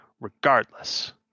regardless